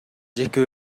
жеке